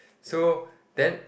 so then